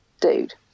dude